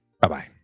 Bye-bye